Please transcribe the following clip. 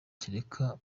kereka